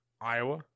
Iowa